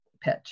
pitch